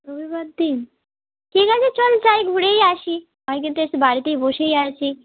রবিবার দিন ঠিক আছে চল যাই ঘুরেই আসি অনেকদিন তো এসেছি বাড়িতেই বসেই আছি